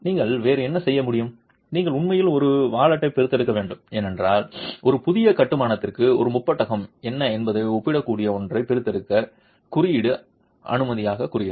நீங்கள் வேறு என்ன செய்ய முடியும் நீங்கள் உண்மையில் ஒரு வாலெட்டைப் பிரித்தெடுக்க வேண்டும் ஏனென்றால் ஒரு புதிய கட்டுமானத்திற்கு ஒரு முப்பட்டகம் என்ன என்பதை ஒப்பிடக்கூடிய ஒன்றை பிரித்தெடுக்க குறியீடு அமைதியாகக் கூறுகிறது